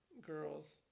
girls